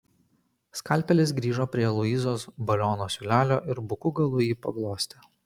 skalpelis grįžo prie luizos baliono siūlelio ir buku galu jį paglostė